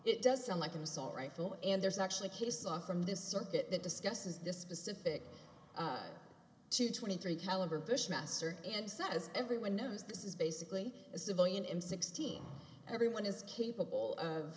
it does sound like an assault rifle and there's actually a case off from this circuit that discusses this specific to twenty three caliber bushmaster and says everyone knows this is basically a civilian in sixteen everyone is capable of